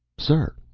sir!